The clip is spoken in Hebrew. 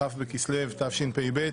כ' בכסלו תשפ"ב,